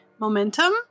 Momentum